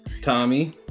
tommy